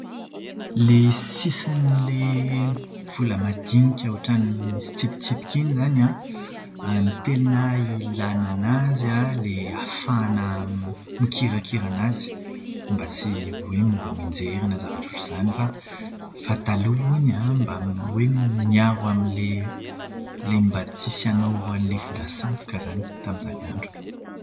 Ilay sisin'ilay vola madinika ohatran'ny misy tsipitsipika iny izany an, ny teny ilàna anazy an, ilay ahafahana mikirakira anazy. Mba tsy hoe mora mianjera na zavatra ohatran'izany. Fa taloha hono an, mba hoe miaro amin'ilay ilay mba tsisy hanao vola sandoka izany tamin'izany andro.